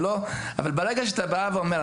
אבל ברגע שאתה בא ואומר,